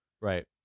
right